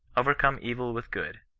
overcome evil with good,